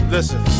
Listen